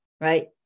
right